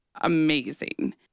amazing